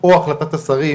פעם ישבתי בצד השני,